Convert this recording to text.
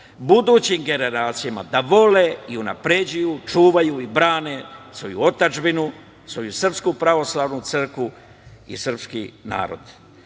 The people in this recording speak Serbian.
budućim generacijama da vole i unapređuju, čuvaju i brane svoju otadžbinu, svoju Srpsku Pravoslavnu Crkvu i srpski narod.